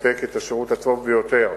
שיספק את השירות הטוב ביותר